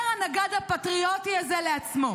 אומר הנגד הפטריוטי הזה לעצמו: